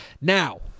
Now